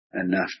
enough